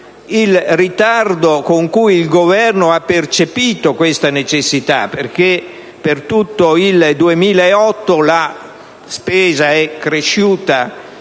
il ritardo con cui il Governo ha percepito questa necessità, perché per tutto il 2008 e anche